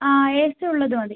ആ A C ഉള്ളത് മതി